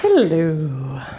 Hello